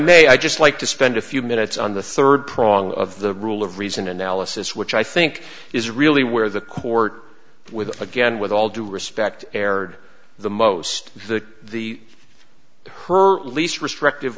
may i'd just like to spend a few minutes on the third prong of the rule of reason analysis which i think is really where the court with again with all due respect erred the most the the her least restrictive